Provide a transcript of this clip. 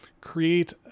create